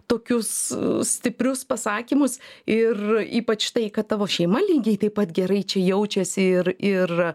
tokius stiprius pasakymus ir ypač tai kad tavo šeima lygiai taip pat gerai čia jaučiasi ir ir